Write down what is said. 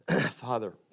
Father